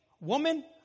woman